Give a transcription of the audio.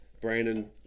Brandon